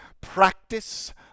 Practice